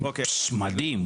מדהים.